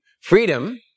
Freedom